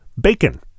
bacon